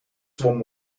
zwom